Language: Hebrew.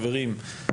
חברים,